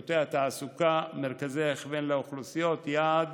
שירות התעסוקה, מרכזי הכוון לאוכלוסיות יעד